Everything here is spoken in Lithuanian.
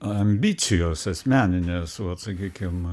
ambicijos asmeninės vat sakykim